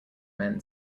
men